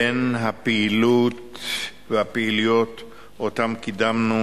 בין הפעילות והפעילויות שקידמנו,